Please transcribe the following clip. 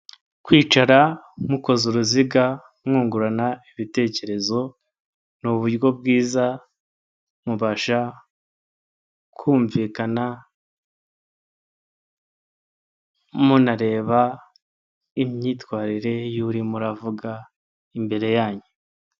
Kwicara mukoze uruziga mwungurana ibitekerezo, ni uburyo bwiza mubasha kumvikana munareba imyitwarire y'urimo uravuga imbere yanyu.